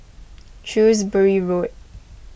Shrewsbury Road